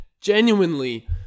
genuinely